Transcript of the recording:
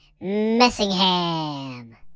Messingham